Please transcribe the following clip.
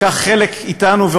לקח חלק אתנו,